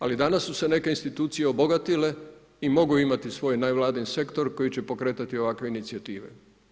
Ali danas su se neke institucije obogatile i mogu imati svoj nevladin sektor koji će pokretati ovakve inicijative.